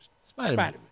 Spider-Man